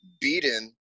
beaten